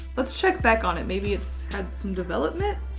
let's check back on it. maybe it's had some development.